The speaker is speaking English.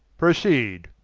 proceed